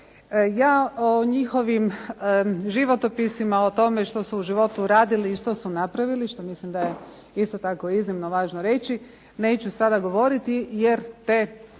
Ja o njihovim životopisima, o tome što su u životu radili i što su napravili, što mislim da je isto tako iznimno važno reći, neću sada govoriti jer te